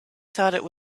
thought